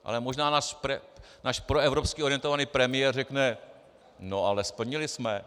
Ale možná náš proevropsky orientovaný premiér řekne: No ale splnili jsme.